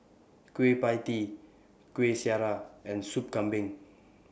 Kueh PIE Tee Kueh Syara and Soup Kambing